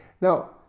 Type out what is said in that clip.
Now